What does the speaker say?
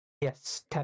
yes